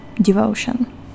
devotion